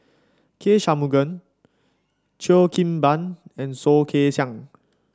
K Shanmugam Cheo Kim Ban and Soh Kay Siang